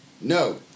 No